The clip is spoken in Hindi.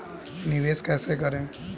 निवेश कैसे करें?